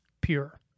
pure